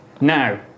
Now